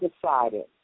decided